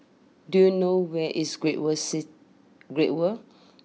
do you know where is Great World C Great World